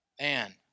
man